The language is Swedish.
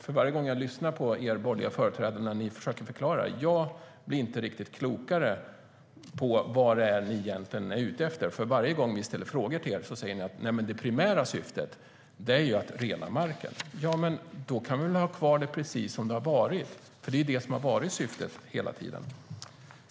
För varje gång jag lyssnar på er borgerliga företrädare när ni försöker förklara blir jag inte klokare på vad ni egentligen är ute efter. Varje gång vi frågar er säger ni att det primära syftet är att rena marken. Då kan vi väl ha det kvar precis som det har varit? Det har varit syftet hela tiden.